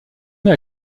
met